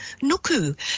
Nuku